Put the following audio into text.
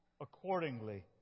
accordingly